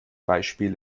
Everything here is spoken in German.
beispiel